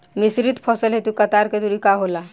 मिश्रित फसल हेतु कतार के दूरी का होला?